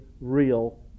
real